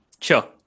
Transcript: sure